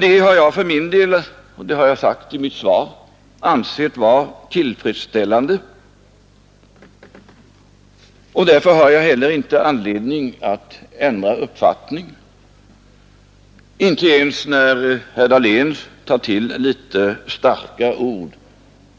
Det har jag för min del — det har jag sagt i mitt svar — ansett vara tillfredsställande, och därför har jag heller inte anledning att ändra uppfattning, inte ens när herr Dahlén tar till litet starka ord,